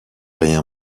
rien